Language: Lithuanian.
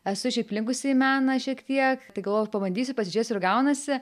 esu šiaip linkusi į meną šiek tiek galvojau pabandysiu pasižiūrėsiu ar gaunasi